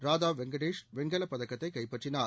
ராதா வெங்கடேஷ் வெண்கலப் பதக்கத்தை கைப்பற்றினார்